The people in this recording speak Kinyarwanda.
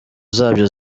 zabyo